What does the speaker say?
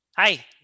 Hi